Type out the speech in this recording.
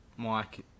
Mike